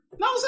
No